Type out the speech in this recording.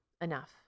enough